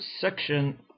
section